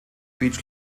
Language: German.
beach